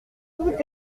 tout